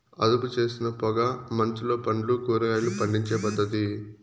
అదుపుచేసిన పొగ మంచులో పండ్లు, కూరగాయలు పండించే పద్ధతి